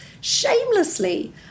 shamelessly